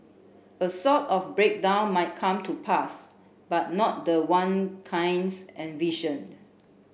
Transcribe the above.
a sort of breakdown might come to pass but not the one Keynes envisioned